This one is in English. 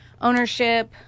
ownership